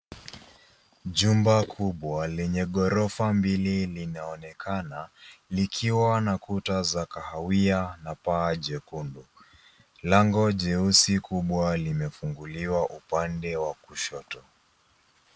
Jumba kubwa lenye ghorofa mbiili linaonekana likiwa na kuta za kahawia na paa jekundu. Lango jeusi kubwa limefunguliwa upande wa kushoto.